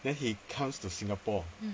then he comes to singapore